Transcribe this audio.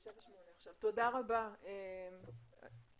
תודה איתי.